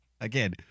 Again